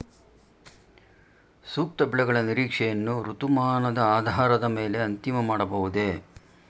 ಸೂಕ್ತ ಬೆಳೆಗಳ ನಿರೀಕ್ಷೆಯನ್ನು ಋತುಮಾನದ ಆಧಾರದ ಮೇಲೆ ಅಂತಿಮ ಮಾಡಬಹುದೇ?